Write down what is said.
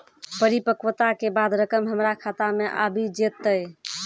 परिपक्वता के बाद रकम हमरा खाता मे आबी जेतै?